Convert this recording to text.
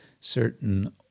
certain